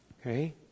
Okay